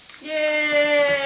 Yay